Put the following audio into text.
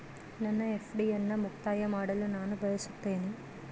ನನ್ನ ಎಫ್.ಡಿ ಅನ್ನು ಮುಕ್ತಾಯ ಮಾಡಲು ನಾನು ಬಯಸುತ್ತೇನೆ